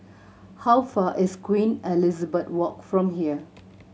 how far is Queen Elizabeth Walk from here